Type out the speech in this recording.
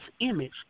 image